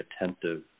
attentive